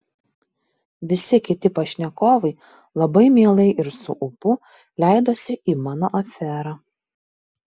visi kiti pašnekovai labai mielai ir su ūpu leidosi į mano aferą